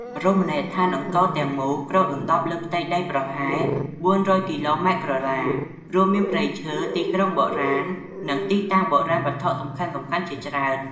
រមណីយដ្ឋានអង្គរទាំងមូលគ្របដណ្តប់លើផ្ទៃដីប្រហែល ៤០០ គីឡូម៉ែត្រក្រឡា រួមមានព្រៃឈើ ទីក្រុងបុរាណ និងទីតាំងបុរាណវត្ថុសំខាន់ៗជាច្រើន។